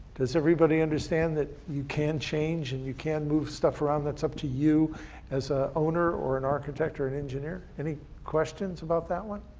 does everybody understand that you can change, and you can move stuff around, that's up to you as an ah owner or an architect or an engineer? any questions about that one?